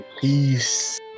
Peace